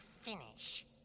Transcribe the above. finish